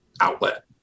outlet